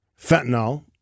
Fentanyl